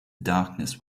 darkness